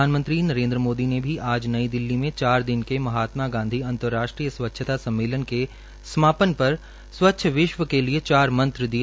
प्रधानमंत्री नरेन्द्र मोदी ने भी नई दिल्ली में चार दिन के महात्मा गांधी अंतर्राष्ट्रीय सम्मेलन का समापन पर स्वच्छ विश्व के लिए चार मंत्र दिए